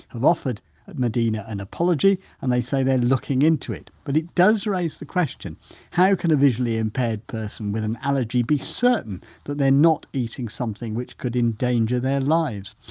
have offered medina an apology and they say they're looking into it. but it does raise the question how can a visually impaired person with an allergy be certain that they're not eating something which could endanger their lives?